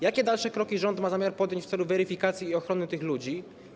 Jakie dalsze kroki rząd ma zamiar podjąć w celu weryfikacji i ochrony tych ludzi?